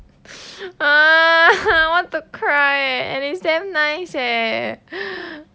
ugh I want to cry eh and it's damn nice eh